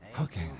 Okay